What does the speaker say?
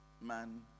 man